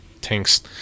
tank's